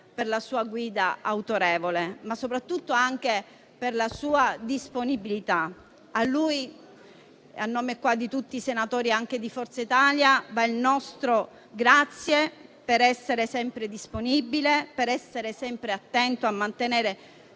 per la sua guida autorevole, ma soprattutto per la sua disponibilità. A lui, a nome di tutti i senatori di Forza Italia, va il nostro grazie per essere sempre disponibile, sempre attento a mantenere